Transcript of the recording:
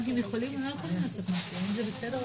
כי תחושתנו, הערכתנו, זה לא